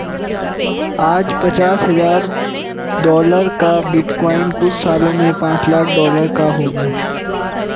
आज पचास हजार डॉलर का बिटकॉइन कुछ सालों में पांच लाख डॉलर का होगा